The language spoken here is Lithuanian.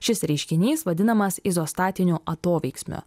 šis reiškinys vadinamas izostatiniu atoveiksmiu